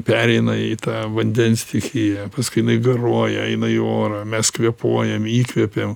pereina į tą vandens stichiją paskui jinai garuoja eina į orą mes kvėpuojam įkvėpėm